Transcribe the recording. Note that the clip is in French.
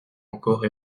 encore